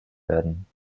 werden